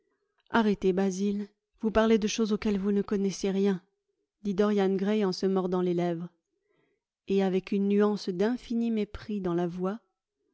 arrêtez basil vous parlez de choses auxquelles vous ne connaissez rien dit dorian gray se mordant les lèvres et avec une nuance d'infini mépris dans la voix